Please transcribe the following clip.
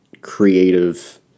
creative